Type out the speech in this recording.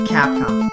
Capcom